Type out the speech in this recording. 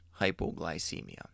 hypoglycemia